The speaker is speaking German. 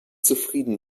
zufrieden